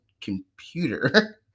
computer